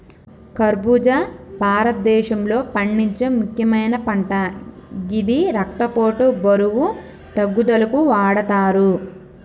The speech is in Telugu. ఖర్బుజా భారతదేశంలో పండించే ముక్యమైన పంట గిది రక్తపోటు, బరువు తగ్గుదలకు వాడతరు